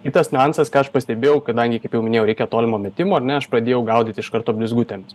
kitas niuansas ką aš pastebėjau kadangi kaip jau minėjau reikia tolimo metimo ar ne aš pradėjau gaudyti iš karto blizgutėmis